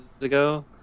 ago